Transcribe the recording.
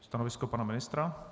Stanoviska pana ministra?